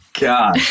God